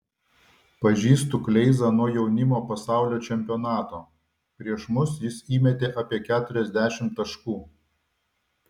pažįstu kleizą nuo jaunimo pasaulio čempionato prieš mus jis įmetė apie keturiasdešimt taškų